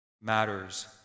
matters